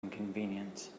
inconvenience